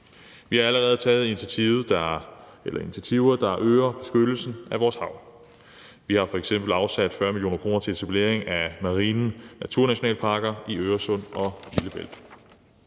Vi har allerede taget initiativer, der øger beskyttelsen af vores hav. Vi har f.eks. afsat 40 mio. kr. til etablering af marine naturnationalparker i Øresund og Lillebælt.